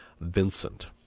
Vincent